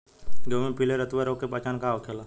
गेहूँ में पिले रतुआ रोग के पहचान का होखेला?